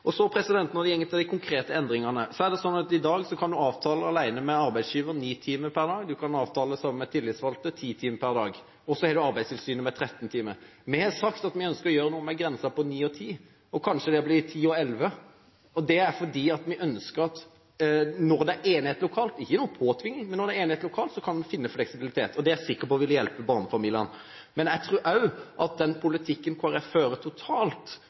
og så med Arbeidstilsynet 13 timer. Vi har sagt at vi ønsker å gjøre noe med grensen på 9 og 10 timer – kanskje det blir 10 og 11 timer. Det er fordi vi ønsker at når det er enighet lokalt, ikke ved tvang, kan en finne fleksibilitet. Det er jeg sikker på vil hjelpe barnefamiliene. Jeg tror også den politikken Kristelig Folkeparti fører totalt